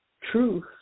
truth